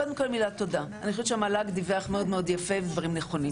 קודם כול מילת תודה המל"ג דיווח מאוד יפה דברים נכונים.